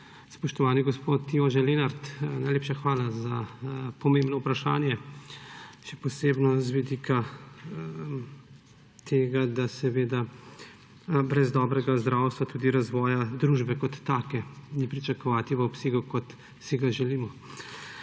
Spoštovani gospod Jože Lenart! Najlepša hvala za pomembno vprašanje, še posebno z vidika tega, da brez dobrega zdravstva tudi razvoja družbe kot take ni pričakovati v obsegu, kot si ga želimo.